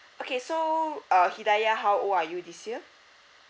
okay so uh hidayah how old are you this year